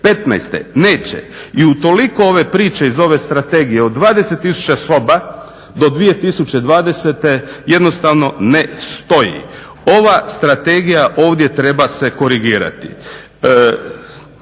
2015.? Neće. I utoliko ove priče iz ove strategije od 20 tisuća soba do 2020.jednostavno ne stoji. Ova strategija ovdje treba se korigirati.